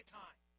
time